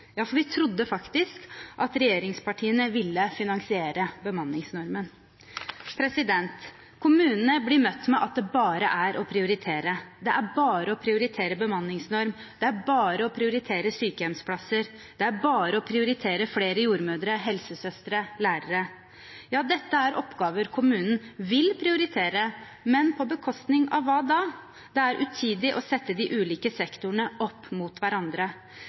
Ja, for vi trodde faktisk at regjeringspartiene ville finansiere bemanningsnormen. Kommunene blir møtt med at det bare er å prioritere. Det er bare å prioritere bemanningsnorm, det er bare å prioritere sykehjemsplasser, det er bare å prioritere flere jordmødre, helsesøstre og lærere. Ja, dette er oppgaver kommunen vil prioritere, men på bekostning av hva da? Det er utidig å sette de ulike sektorene opp mot hverandre.